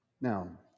Now